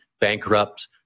bankrupt